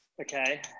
Okay